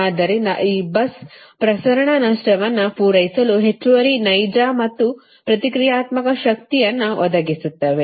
ಆದ್ದರಿಂದ ಈ bus ಪ್ರಸರಣ ನಷ್ಟವನ್ನು ಪೂರೈಸಲು ಹೆಚ್ಚುವರಿ ನೈಜ ಮತ್ತು ಪ್ರತಿಕ್ರಿಯಾತ್ಮಕ ಶಕ್ತಿಯನ್ನು ಒದಗಿಸುತ್ತದೆ